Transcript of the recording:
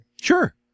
Sure